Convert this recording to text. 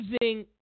using